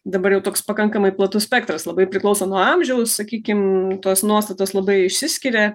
dabar jau toks pakankamai platus spektras labai priklauso nuo amžiaus sakykim tos nuostatos labai išsiskiria